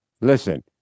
Listen